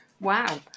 wow